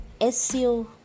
SEO